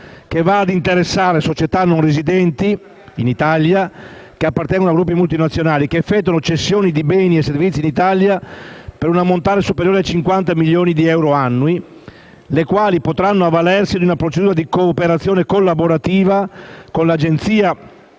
che va ad interessare società non residenti in Italia che appartengono a gruppi multinazionali che effettuano cessioni di beni e servizi in Italia per un ammontare superiore a 50 milioni di euro annui, le quali potranno avvalersi di una procedura di cooperazione e collaborazione con l'Agenzia delle